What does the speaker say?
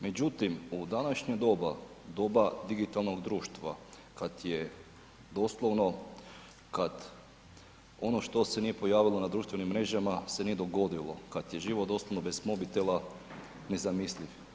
Međutim u današnje doba digitalnog društva kada je doslovno kad ono što se nije pojavilo na društvenim mrežama se nije dogodilo kad je život doslovno bez mobitela nezamisliv.